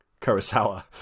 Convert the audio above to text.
Kurosawa